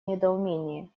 недоумении